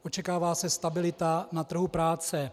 Očekává se stabilita na trhu práce.